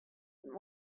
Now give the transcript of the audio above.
and